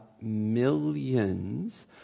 millions